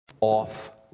off